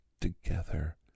together